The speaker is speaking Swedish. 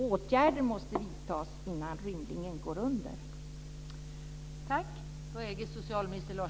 Åtgärder måste vidtas innan rymlingen går under.